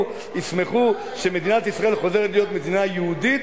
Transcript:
ישמחו עליו - שמדינת ישראל חוזרת להיות מדינה יהודית,